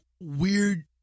weird